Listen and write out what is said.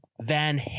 van